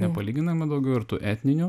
nepalyginamai daugiau ir tų etninių